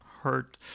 hurt